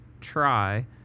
try